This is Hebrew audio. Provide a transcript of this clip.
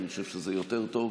אני חושב שזה יותר טוב.